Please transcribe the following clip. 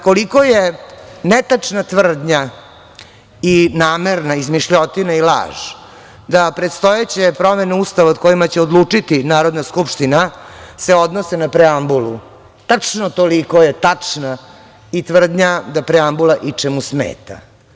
Koliko je netačna tvrdnja i namerna izmišljotina i laž da predstojeće promene Ustava o kojima će odlučiti Narodna skupština se odnose na preambulu, tačno je toliko tačna i tvrdnja da preambula ičemu smeta.